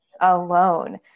alone